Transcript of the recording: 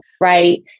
Right